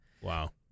Wow